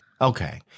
Okay